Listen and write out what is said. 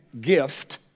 gift